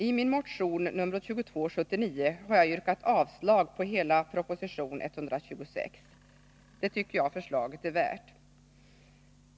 I min motion nr 2279 har jag yrkat avslag på hela proposition 126. Det tycker jag förslaget är värt.